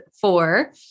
four